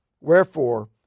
Wherefore